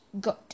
good